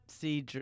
see